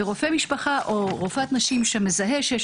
ורופא משפחה או רופאת נשים שמזהים שיש